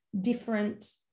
Different